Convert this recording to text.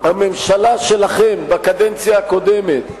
הממשלה שלכם, בקדנציה הקודמת,